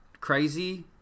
crazy